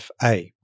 FA